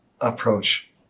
approach